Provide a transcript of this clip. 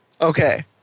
Okay